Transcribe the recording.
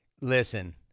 Listen